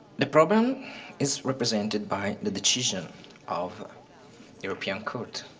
the problem is represented by the decision of the european court.